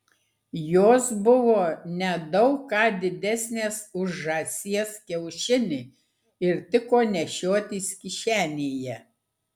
jos buvo ne daug ką didesnės už žąsies kiaušinį ir tiko nešiotis kišenėje